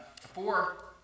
four